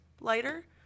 lighter